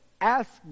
ask